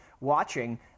watching